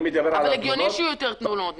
אבל הגיוני שיהיו יותר תלונות.